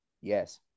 yes